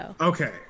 Okay